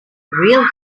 real